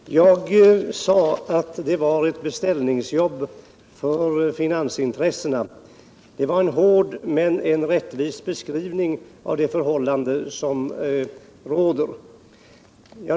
Herr talman! Jag sade att det var ett beställningsjobb för finansintressena. Det var en hård men rättvis beskrivning av det förhållande som råder.